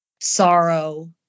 sorrow